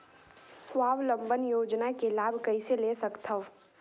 स्वावलंबन योजना के लाभ कइसे ले सकथव?